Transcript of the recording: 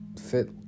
fit